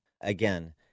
again